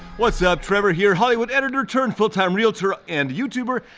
what's up trevor here, hollywood editor turn, full time realtor and youtuber.